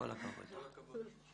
כל הכבוד לך.